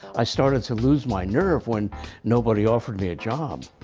i started to lose my nerve when nobody offered me a job.